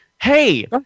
Hey